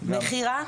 מכירה?